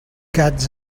gats